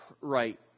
right